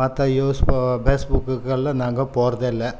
மற்ற யூஸ் ஃபேஸ்புக்குக்கெலாம் நாங்கள் போகிறதே இல்லை